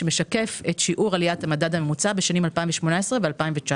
שמשקף את שיעור עליית המדד הממוצע בשנים 2018 ו-2019.